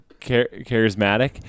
Charismatic